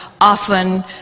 often